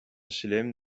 chelem